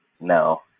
no